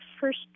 first